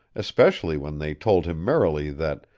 especially when they told him merrily that,